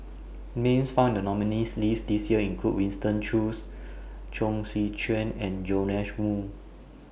Names found in The nominees' list This Year include Winston Choos Chong Tze Chien and Joash Moo